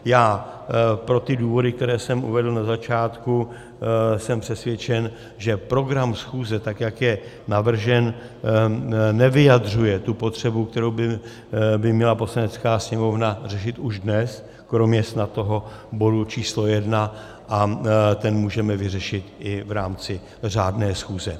Já pro ty důvody, které jsem uvedl na začátku, jsem přesvědčen, že program schůze, tak jak je navržen, nevyjadřuje tu potřebu, kterou by měla Poslanecká sněmovna řešit už dnes, kromě snad toho bodu číslo 1 a ten můžeme vyřešit i v rámci řádné schůze.